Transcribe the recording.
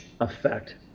effect